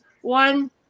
one